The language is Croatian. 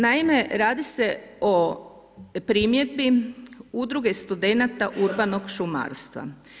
Naime, radi se o primjedbi Udruge studenata urbanog šumarstva.